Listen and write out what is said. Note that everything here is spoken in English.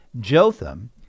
Jotham